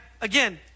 again